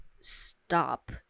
stop